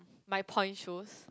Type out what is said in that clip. my point shoes